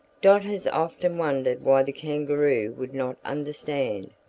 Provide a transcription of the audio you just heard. dot has often wondered why the kangaroo would not understand,